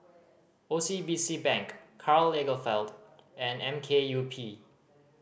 O C B C Bank Karl Lagerfeld and M K U P